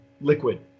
liquid